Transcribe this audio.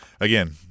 again